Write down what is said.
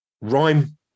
rhyme